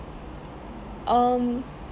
um